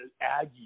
Aggie